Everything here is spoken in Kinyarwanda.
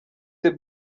the